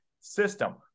System